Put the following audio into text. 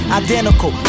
identical